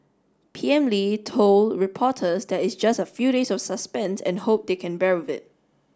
P M Lee told reporters that it's just a few days of suspense and hope they can bear with it